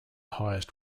highest